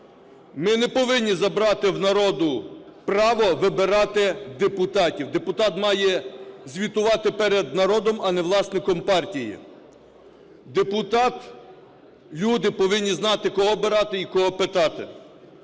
Ми не повинні забрати в народу право вибирати депутатів. Депутат має звітувати перед народом, а не власником партії. Депутат… Люди повинні знати, кого обирати і кого питати.